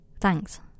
Thanks